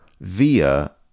via